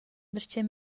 darcheu